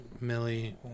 Millie